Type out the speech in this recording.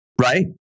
right